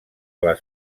les